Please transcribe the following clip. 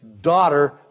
daughter